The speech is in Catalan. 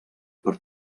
per